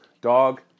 Dog